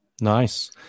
nice